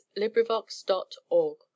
LibriVox.org